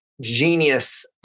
genius